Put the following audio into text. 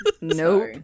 nope